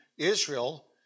Israel